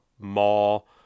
mall